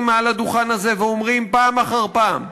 מעל הדוכן הזה ואומרים פעם אחר פעם: